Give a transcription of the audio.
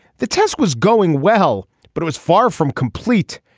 the test was going well but it was far from complete.